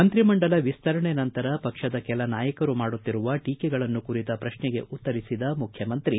ಮಂತ್ರಿಮಂಡಲ ವಿಸ್ತರಣೆ ನಂತರ ಪಕ್ಷದ ಕೆಲ ನಾಯಕರು ಮಾಡುತ್ತಿರುವ ಟೀಕೆಗಳ ಕುರಿತ ಪ್ರಶ್ನೆಗೆ ಉತ್ತರಿಸಿದ ಮುಖ್ಯಮಂತ್ರಿ ಬಿ